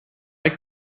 like